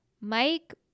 Mike